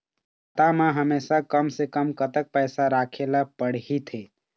खाता मा हमेशा कम से कम कतक पैसा राखेला पड़ही थे?